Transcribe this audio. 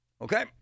Okay